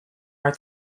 are